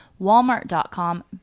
Walmart.com